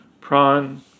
Prawn